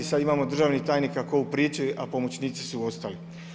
Sad imamo državnih tajnika ko' u priči, a pomoćnici su ostali.